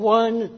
one